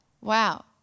Wow